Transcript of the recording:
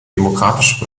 demokratisch